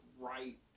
right